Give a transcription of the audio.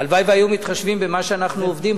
הלוואי שהיו מתחשבים במה שאנחנו עובדים,